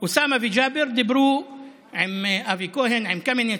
אוסאמה וג'אבר דיברו עם אבי כהן, עם קמיניץ,